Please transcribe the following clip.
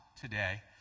today